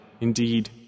Indeed